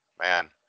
man